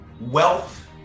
wealth